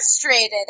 frustrated